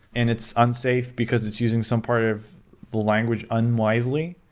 and it's unsafe, because it's using some part of the language unwisely.